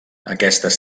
aquestes